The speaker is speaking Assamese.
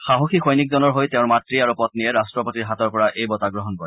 সাহসী সৈনিকজনৰ হৈ তেওঁৰ মাতৃ আৰু পপ্নীয়ে ৰাষ্ট্ৰপতিৰ হাতৰ পৰা এই বঁটা গ্ৰহণ কৰে